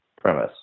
premise